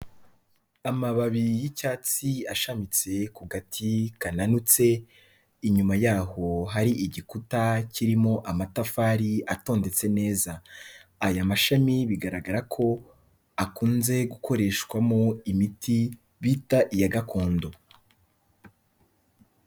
Amababi y'icyatsi ashamitse ku gati kananutse, inyuma yaho hari igikuta kirimo amatafari atondetse neza. Aya mashami bigaragara ko akunze gukoreshwamo imiti bita iya gakondo.